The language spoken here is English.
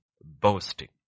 boasting